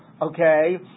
Okay